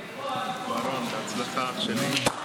תודה רבה, חברי הכנסת.